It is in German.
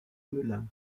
müller